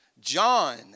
John